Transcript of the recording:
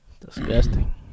Disgusting